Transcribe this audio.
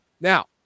Now